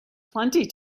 plenty